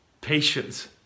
patience